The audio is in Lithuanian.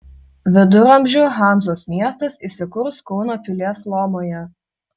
viduramžių hanzos miestas įsikurs kauno pilies lomoje